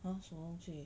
!huh! 什么东西